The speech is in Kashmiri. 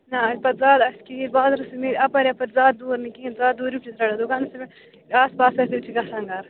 نَہ کِہیٖنۍ بازرس مِلہِ اپٲرۍ یپٲرۍ زیادٕ دوٗر نہٕ کہیٖنۍ زیادٕ دوٗرٕک چھُ دُکانس آس پاس آسہِ چھِ گژھان گرٕ